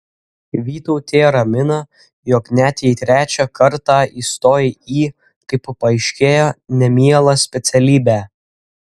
vytautė ramina jog net jei trečią kartą įstojai į kaip paaiškėjo nemielą specialybę